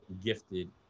gifted